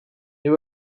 they